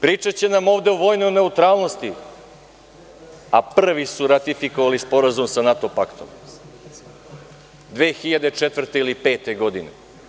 Pričaće nam ovde o vojnoj neutralnosti, a prvi su ratifikovali Sporazum sa NATO paktom 2004. ili 2005. godine.